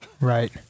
right